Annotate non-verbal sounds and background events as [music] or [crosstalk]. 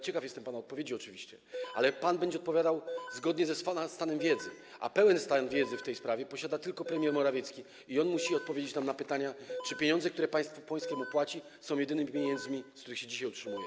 Ciekaw jestem oczywiście pana odpowiedzi, [noise] ale pan będzie odpowiadał zgodnie z pana stanem wiedzy, a pełen stan wiedzy w tej sprawie posiada tylko premier Morawiecki i on musi odpowiedzieć nam na pytania, czy pieniądze, które państwo polskie mu płaci, są jedynymi pieniędzmi, z których się dzisiaj utrzymuje.